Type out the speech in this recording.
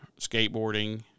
skateboarding